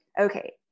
okay